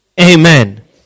Amen